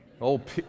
old